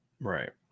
Right